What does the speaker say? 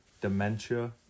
dementia